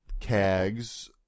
CAGs